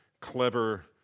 clever